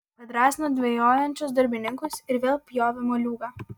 padrąsino dvejojančius darbininkus ir vėl pjovė moliūgą